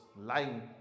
lying